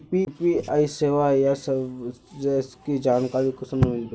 UPI सेवाएँ या services की जानकारी कुंसम मिलबे?